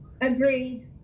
Agreed